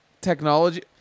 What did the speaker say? technology